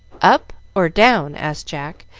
up or down? asked jack,